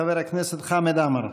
חבר הכנסת חמד עמאר.